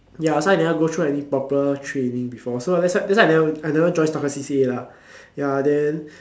ya so I never go through any proper training before so that's that's why I never I never join soccer C_C_A lah ya then